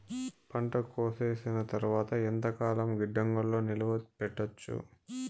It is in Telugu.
పంట కోసేసిన తర్వాత ఎంతకాలం గిడ్డంగులలో నిలువ పెట్టొచ్చు?